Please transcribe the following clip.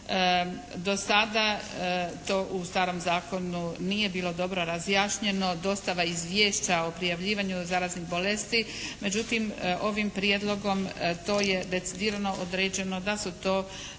do sada to u starom zakonu nije bilo dobro razjašnjeno dostava izvješća o prijavljivanju zaraznih bolesti međutim ovim prijedlogom to je decidirano određeno da su to županijski